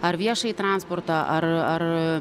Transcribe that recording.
ar viešąjį transportą ar ar